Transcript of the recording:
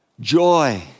joy